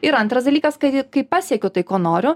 ir antras dalykas kad kai pasiekiau tai ko noriu